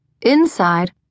inside